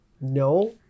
No